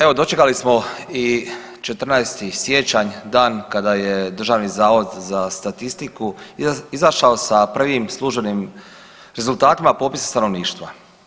Evo dočekali smo i 14. siječanj, dan kada je Državni zavod za statistiku izašao sa prvim službenim rezultatima popisa stanovništva.